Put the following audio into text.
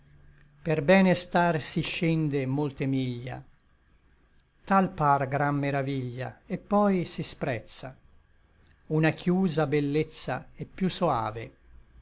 per bene star si scende molte miglia tal par gran meraviglia et poi si sprezza una chiusa bellezza è piú soave